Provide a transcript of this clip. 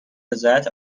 رضایت